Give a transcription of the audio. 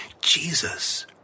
Jesus